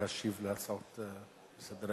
להשיב על ההצעות לסדר-היום.